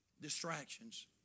Distractions